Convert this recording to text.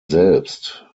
selbst